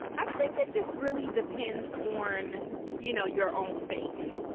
i think it just really depends on you know, your own faith.